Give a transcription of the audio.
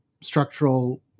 structural